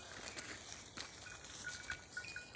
ಬೆಳಿ ಛಲೋ ಬರಬೇಕಾದರ ಯಾವ ಗೊಬ್ಬರ ಹಾಕಬೇಕು?